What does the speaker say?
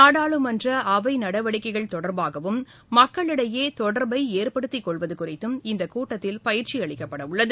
நாடாளுமன்றஅவைநடவடிக்கைகள் தொடர்பாகவும் மக்களிடையேதொடர்பைஏற்படுத்திக் கொள்வதுகுறித்தும் இந்தகூட்டத்தில் பயிற்சிஅளிக்கப்படவுள்ளது